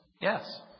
Yes